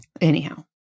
Anyhow